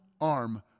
arm